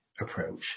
approach